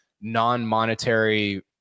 non-monetary